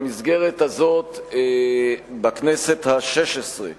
במסגרת הזאת, בכנסת השש-עשרה